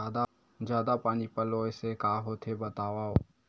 जादा पानी पलोय से का होथे बतावव?